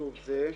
חשוב זה.